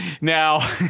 Now